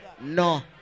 No